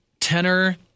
tenor